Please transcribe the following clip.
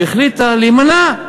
והיא החליטה להימנע.